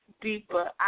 Deeper